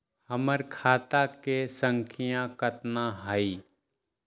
हमर खाता के सांख्या कतना हई?